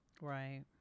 right